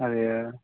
അതെയോ